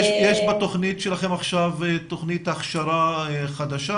יש בתוכנית שלכם עכשיו תוכנית הכשרה חדשה,